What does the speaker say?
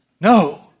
No